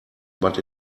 but